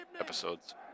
episodes